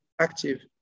active